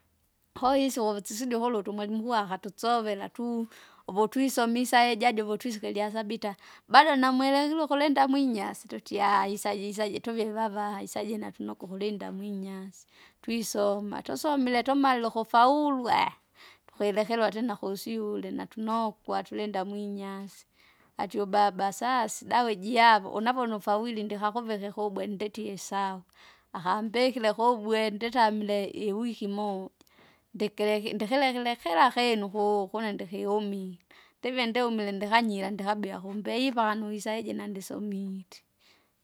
Kuise uvusisidi ukulutu umwarimu mkuu akatsovela tuu, uvutwisomise saiji adi uvutwisike lyasaba ita, bado namwelekire ukulinda mwinyasi tutie aisajisaji tuvivava isajina tunoko uhulinda mwinyasi. Twisoma tusomile tumalile tumalile ukufauru aaha! tukilekera utina kusyule natunokwa tulinda mwinyasi, atie ubaba asasi dawe ijavo unavo nufawili ndikakuvike kubwe nditie sawa, akambikile kubwende nditamile iwiki moja. Ndikireki- ndikerekere kira kinu kuu kune ndikiumile, ndive ndiumile ndikanyira ndikabia kumbeiva paka nuisaija nandisomite.